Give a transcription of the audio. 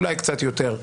אולי קצת יותר,